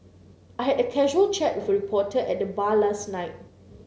I had a casual chat with a reporter at the bar last night